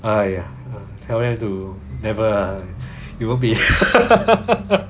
!aiya! tell them to never ah you won't be